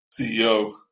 CEO